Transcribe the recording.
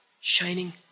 shining